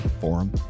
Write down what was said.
Forum